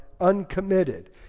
uncommitted